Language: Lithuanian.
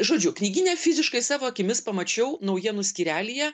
žodžiu knygyne fiziškai savo akimis pamačiau naujienų skyrelyje